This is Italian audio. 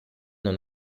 non